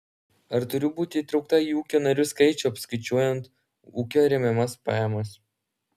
ar turiu būti įtraukta į ūkio narių skaičių apskaičiuojant ūkio remiamas pajamas